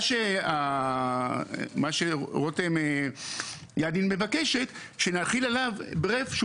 מה שרותם ידין מבקשת שנחיל עליו ברף שהוא